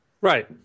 Right